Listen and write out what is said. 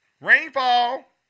Rainfall